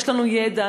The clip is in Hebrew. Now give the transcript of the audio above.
יש לנו ידע,